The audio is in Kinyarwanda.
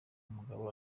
umugabo